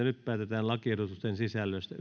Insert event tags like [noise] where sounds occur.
[unintelligible] nyt päätetään lakiehdotusten sisällöstä [unintelligible]